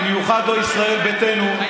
במיוחד לא לישראל ביתנו,